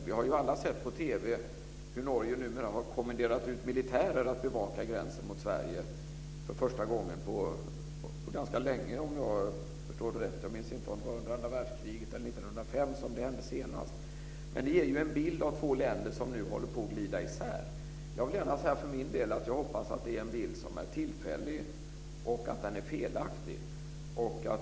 Vi har alla sett på TV hur Norge numera har kommenderat ut militärer att bevaka gränsen mot Sverige - för första gången på lång tid, om jag förstår det rätt. Jag minns inte om det var under andra världskriget eller 1905 som det hände senast. Det ger en bild av två länder som nu håller på att glida isär. Jag hoppas att det är en bild som är tillfällig och att den är felaktig.